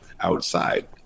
outside